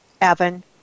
Evan